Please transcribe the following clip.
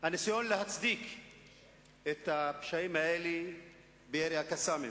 את הניסיון להצדיק את הפשעים האלה בירי ה"קסאמים".